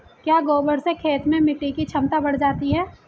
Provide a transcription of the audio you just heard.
क्या गोबर से खेत में मिटी की क्षमता बढ़ जाती है?